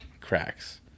cracks